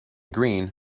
green